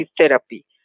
therapy